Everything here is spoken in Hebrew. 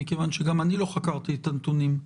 מכיוון שגם אני לא חקרתי את הנתונים,